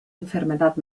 enfermedad